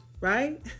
right